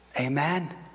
Amen